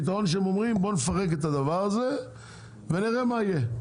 הפתרון שהם אומרים בוא נפרק את הדבר הזה ונראה מה יהיה.